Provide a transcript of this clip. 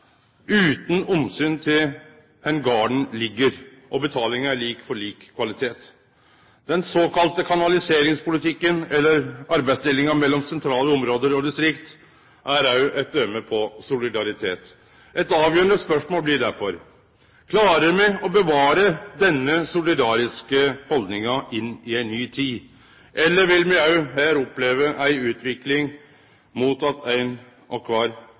utan omsyn til kvar garden ligg, og betalinga er lik for lik kvalitet. Den såkalla kanaliseringspolitikken, eller arbeidsdelinga mellom sentrale område og distrikt, er òg eit døme på solidaritet. Eit avgjerande spørsmål blir derfor: Klarer me å bevare denne solidariske haldninga inn i ei ny tid, eller vil me også her oppleve ei utvikling mot at kvar og